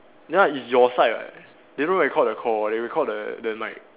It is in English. ya it's your side what they don't record the call they record the the mic